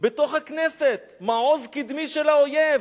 בתוך הכנסת, מעוז קדמי של האויב.